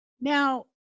Now